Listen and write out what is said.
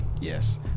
yes